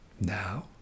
Now